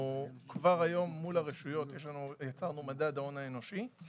כבר היום מול הרשויות יש לנו היצע ומדד בתחום האנושי,